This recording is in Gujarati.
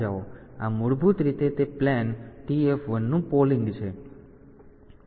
તેથી આ મૂળભૂત રીતે તે પ્લેન TF1 નું પોલીંગ છે